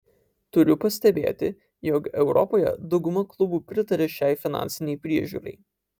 turiu pastebėti jog europoje dauguma klubų pritaria šiai finansinei priežiūrai